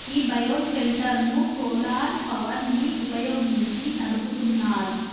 ఈ bio shelter ను solar power ని వుపయోగించి నడుపుతున్నారు